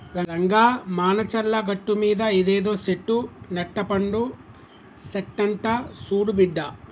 రంగా మానచర్ల గట్టుమీద ఇదేదో సెట్టు నట్టపండు సెట్టంట సూడు బిడ్డా